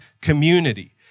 community